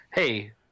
Hey